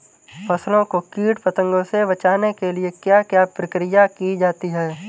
फसलों को कीट पतंगों से बचाने के लिए क्या क्या प्रकिर्या की जाती है?